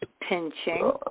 pinching